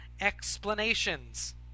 explanations